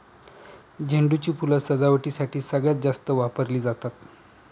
झेंडू ची फुलं सजावटीसाठी सगळ्यात जास्त वापरली जातात